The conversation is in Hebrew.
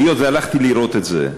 היות שהלכתי לראות את זה,